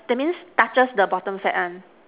that means touches the bottom set one